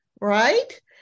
right